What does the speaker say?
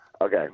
Okay